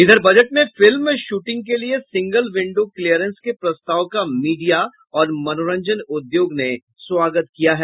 इधर बजट में film shooting के लिए सिंगल विन्डो क्लियरेन्स के प्रस्ताव का मीडिया और मनोरंजन उद्योग ने स्वागत किया है